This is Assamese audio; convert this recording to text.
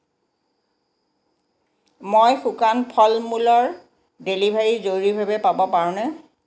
মই শুকান ফল মূলৰ ডেলিভৰী জৰুৰীভাৱে পাব পাৰোঁনে